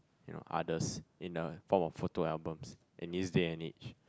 you know others in a form of photo albums in this day and age